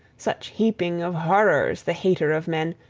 such heaping of horrors the hater of men,